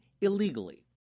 illegally